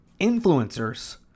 influencers